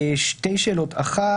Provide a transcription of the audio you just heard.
שתי שאלות: אחת,